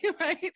right